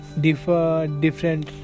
different